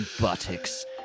buttocks